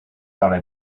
thought